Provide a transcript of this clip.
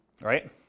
right